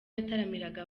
yataramiraga